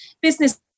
business